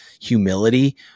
humility